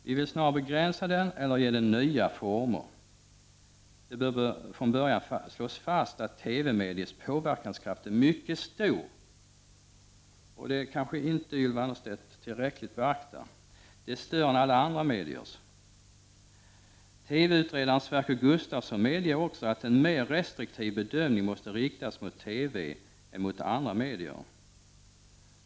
Vi vill snarare begränsa den eller ge den nya former. Det bör från början slås fast att TV-mediets påverkanskraft är mycket stor, större än alla andra mediers — det kanske Ylva Annerstedt inte tillräckligt beaktar. TV-utredaren Sverker Gustavsson medger också att en mer restriktiv bedömning måste göras av TV än av andra medier.